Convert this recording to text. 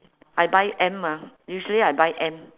I buy M ah usually I buy M